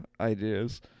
ideas